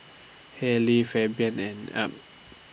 Harlie Fabian and Ab